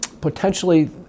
potentially